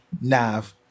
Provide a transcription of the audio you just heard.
Nav